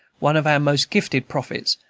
one of our most gifted prophets,